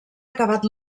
acabat